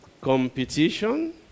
competition